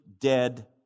dead